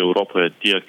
europoje tiek